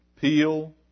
peel